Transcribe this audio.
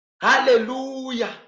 Hallelujah